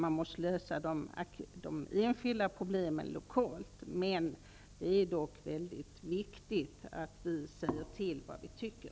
Man måste lösa de enskilda problemen lokalt, men det är mycket viktigt att vi säger vad vi tycker.